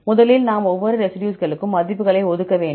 முதலில் நாம் ஒவ்வொரு ரெசிடியூஸ்களுக்கும் மதிப்புகளை ஒதுக்க வேண்டும்